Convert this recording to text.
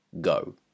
go